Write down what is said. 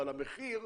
אבל המחיר,